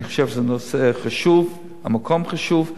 אני חושב שזה נושא חשוב, המקום חשוב.